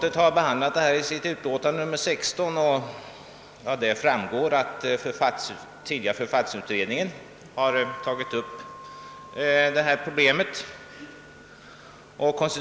Av utlåtandet framgår att författningsutredningen behandlade problemet.